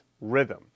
rhythm